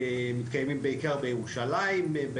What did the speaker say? מתקיימים בעיקר בירושלים,